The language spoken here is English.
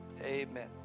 amen